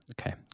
Okay